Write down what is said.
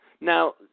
Now